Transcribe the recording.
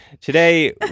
Today